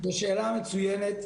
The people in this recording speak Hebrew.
זו שאלה מצוינת.